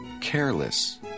Careless